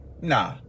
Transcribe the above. Nah